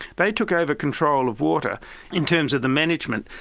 they took over control of water in terms of the management,